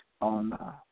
on